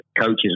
coaches